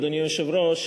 אדוני היושב-ראש,